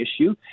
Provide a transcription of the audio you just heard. issue